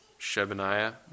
Shebaniah